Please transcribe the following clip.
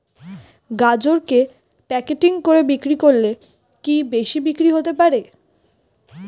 গাজরকে প্যাকেটিং করে বিক্রি করলে কি বেশি বিক্রি হতে পারে?